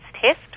test